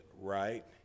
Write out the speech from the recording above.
right